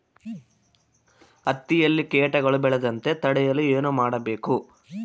ಹತ್ತಿಯಲ್ಲಿ ಕೇಟಗಳು ಬೇಳದಂತೆ ತಡೆಯಲು ಏನು ಮಾಡಬೇಕು?